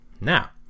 Now